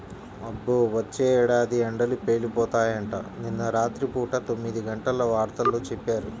అబ్బో, వచ్చే ఏడాది ఎండలు పేలిపోతాయంట, నిన్న రాత్రి పూట తొమ్మిదిగంటల వార్తల్లో చెప్పారు